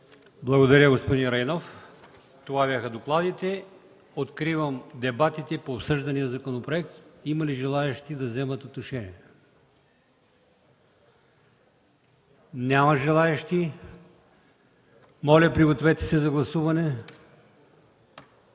Благодаря Ви, господин Райнов. Това бяха докладите. Откривам дебатите по обсъждания законопроект. Има ли желаещи да вземат отношение? Няма желаещи. Гласуваме